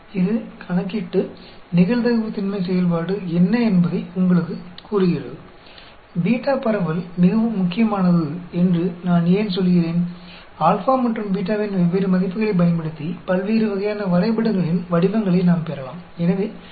मैं क्यों कहती हूं कि बीटा डिस्ट्रीब्यूशन बहुत महत्वपूर्ण है हम α और β के विभिन्न मूल्यों का उपयोग करके विभिन्न प्रकार के आकृतियों को प्राप्त कर सकते हैं